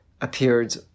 appeared